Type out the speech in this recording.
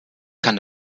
kann